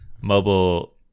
mobile